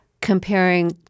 comparing